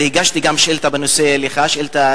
והגשתי גם שאילתא בנושא אליך,